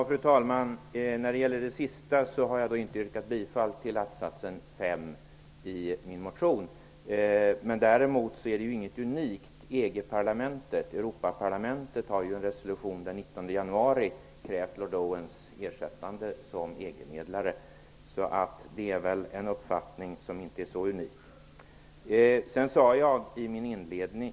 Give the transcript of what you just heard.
Fru talman! När det gäller det sista kan jag säga att jag inte har yrkat bifall till attsats nummer fem i min motion. Däremot är denna uppfattning inte unik. EG-parlamentet, Europaparlamentet, har t.ex. i en resolution den 19 januari krävt att Lord Owen ersätts som EG-medlare.